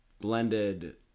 blended